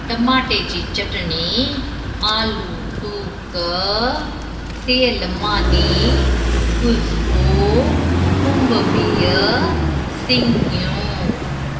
टमाटे जी चटिणी आलू टूक सेअल मानी गुज़िबो खुंब बिह सिंगिंयूं